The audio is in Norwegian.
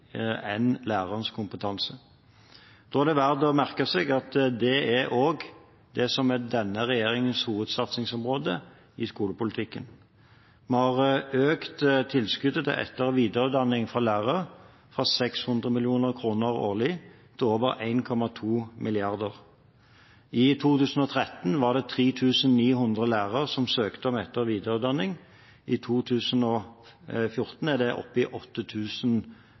enn lærerens kompetanse. Da er det verdt å merke seg at det også er det som er denne regjeringens hovedsatsingsområde i skolepolitikken. Vi har økt tilskuddet til etter- og videreutdanning av lærere fra 600 mill. kr årlig til over 1,2 mrd. kr. I 2013 var det 3 900 lærere som søkte om etter- og videreutdanning. I 2014 var det